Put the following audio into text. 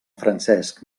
francesc